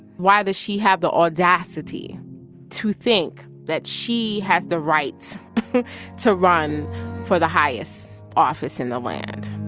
why does she have the audacity to think that she has the right to run for the highest office in the land?